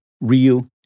real